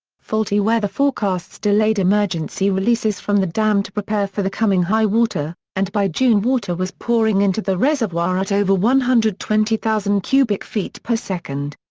faulty weather forecasts delayed emergency releases from the dam to prepare for the coming high water, and by june water was pouring into the reservoir at over one hundred and twenty thousand cubic feet per second.